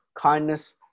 kindness